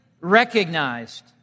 recognized